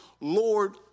lord